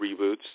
reboots